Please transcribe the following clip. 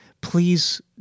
Please